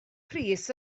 pris